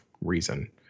reason